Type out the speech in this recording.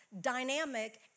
dynamic